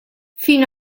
fino